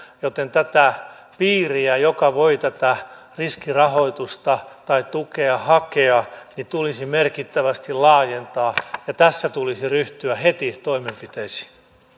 joten tätä piiriä joka voi tätä riskirahoitusta tai tukea hakea tulisi merkittävästi laajentaa ja tässä tulisi ryhtyä heti toimenpiteisiin